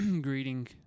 Greeting